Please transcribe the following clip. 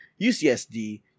UCSD